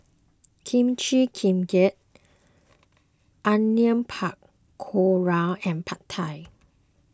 Kimchi Jjigae Onion Pakora and Pad Thai